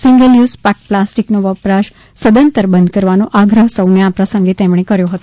single use પ્લાસ્ટિકનો વપરાશ સદંતર બંધ કરવાનો આગ્રફ સૌને આ પ્રસંગે તેમણે કર્યો હતો